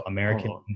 American